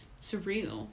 surreal